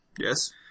Yes